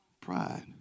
pride